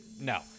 no